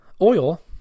Oil